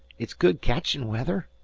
it's good catchin' weather.